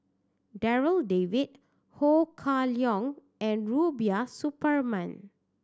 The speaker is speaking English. Darryl David Ho Kah Leong and Rubiah Suparman